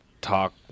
talk